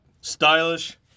stylish